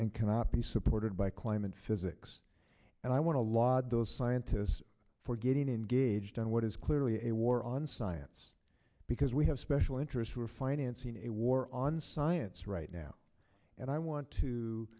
and cannot be supported by climate physics and i want to laud those scientists for getting engaged in what is clearly a war on science because we have special interests who are financing a war on science right now and i want to